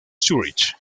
zúrich